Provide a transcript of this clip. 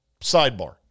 Sidebar